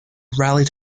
rallied